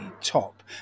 top